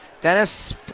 Dennis